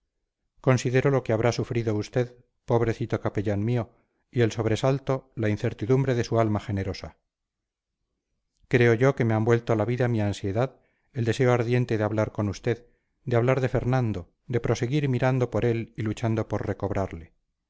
considero lo que habrá sufrido usted pobrecito capellán mío y el sobresalto la incertidumbre de su alma generosa creo yo que me han vuelto a la vida mi ansiedad el deseo ardiente de hablar con usted de hablar de fernando de proseguir mirando por él y luchando por recobrarle